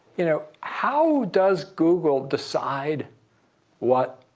you know how does google decide what